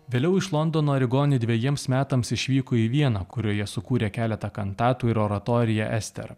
vėliau iš londono arigoni dvejiems metams išvyko į vieną kurioje sukūrė keletą kantatų ir oratoriją ester